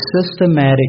systematic